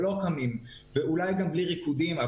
ואולי גם בלי ריקודים.